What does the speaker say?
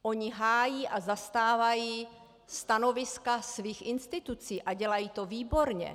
Oni hájí a zastávají stanoviska svých institucí a dělají to výborně.